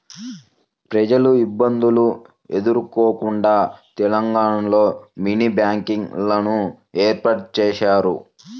ప్రజలు ఇబ్బందులు ఎదుర్కోకుండా తెలంగాణలో మినీ బ్యాంకింగ్ లను ఏర్పాటు చేశారు